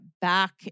back